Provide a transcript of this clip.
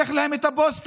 זה חוסך להם את הפוסטה.